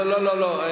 לא, לא, לא.